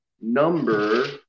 number